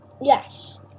yes